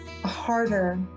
harder